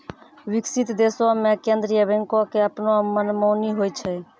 विकसित देशो मे केन्द्रीय बैंको के अपनो मनमानी होय छै